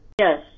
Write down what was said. Yes